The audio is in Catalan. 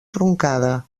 truncada